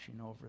over